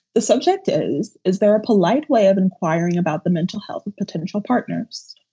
the subject is, is there a polite way of inquiring about the mental health of potential partners?